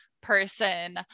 person